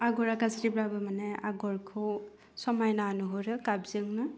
आगरा गारज्रिबाबो मानि आगरखौ समायना नुहुरो गाबजोंनो